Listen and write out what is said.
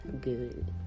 good